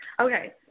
okay